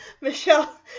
Michelle